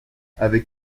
avec